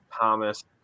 Thomas